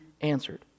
answered